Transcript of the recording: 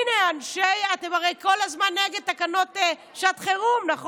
הינה, אתם הרי כל הזמן נגד תקנות שעת חירום, נכון?